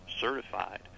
certified